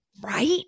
Right